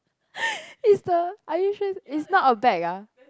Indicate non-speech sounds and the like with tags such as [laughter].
[laughs] is the are you sure is not a bag ah